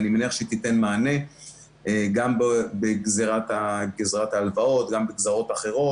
אני מניח שהיא תיתן מענה גם בגזרת ההלוואות וגם בגזרות אחרות.